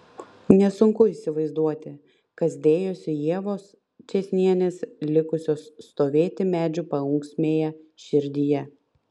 nesunku įsivaizduoti kas dėjosi ievos čėsnienės likusios stovėti medžių paunksmėje širdyje